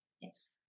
Yes